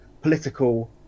political